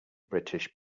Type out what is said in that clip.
british